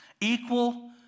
Equal